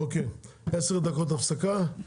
אוקיי, עשר דקות הפסקה.